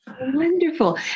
Wonderful